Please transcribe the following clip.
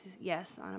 Yes